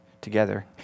together